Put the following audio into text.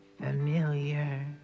familiar